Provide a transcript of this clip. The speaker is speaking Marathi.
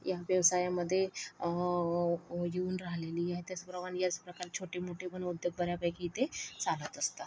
या व्यवसायामध्ये येऊन राहिलेली आहे त्याचप्रमाणे याचप्रकारे छोटेमोठे पण उद्योग बऱ्यापैकी इथे चालत असतात